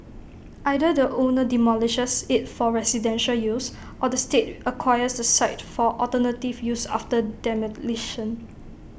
either the owner demolishes IT for residential use or the state acquires the site for alternative use after demolition